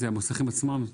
המוסכים עצמם,